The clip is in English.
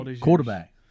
Quarterback